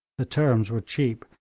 the terms were cheap,